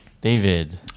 David